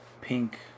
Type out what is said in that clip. pink